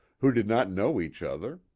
who did not know each other,